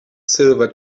silver